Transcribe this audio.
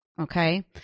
Okay